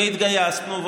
והתגייסנו,